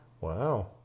Wow